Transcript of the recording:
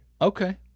Okay